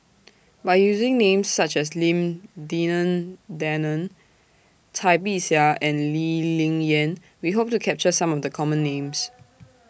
By using Names such as Lim Denan Denon Cai Bixia and Lee Ling Yen We Hope to capture Some of The Common Names